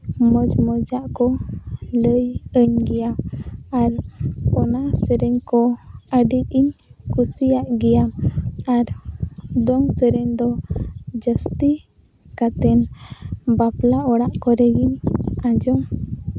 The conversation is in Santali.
ᱢᱚᱡᱽᱼᱢᱚᱡᱟᱜ ᱠᱚ ᱞᱟᱹᱭ ᱟᱹᱧ ᱜᱮᱭᱟ ᱟᱨ ᱚᱱᱟ ᱥᱮᱨᱮᱧ ᱠᱚ ᱟᱹᱰᱤ ᱤᱧ ᱠᱩᱥᱤᱭᱟᱜ ᱜᱮᱭᱟ ᱟᱨ ᱫᱚᱝ ᱥᱮᱨᱮᱧ ᱫᱚ ᱡᱟᱹᱥᱛᱤ ᱠᱟᱛᱮᱱ ᱵᱟᱯᱞᱟ ᱚᱲᱟᱜ ᱠᱚᱨᱮ ᱜᱤᱧ ᱟᱸᱡᱚᱢ